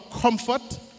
comfort